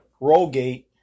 Rollgate